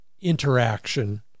interaction